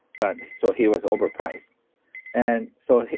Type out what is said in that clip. but so he was overpriced and so,